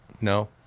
no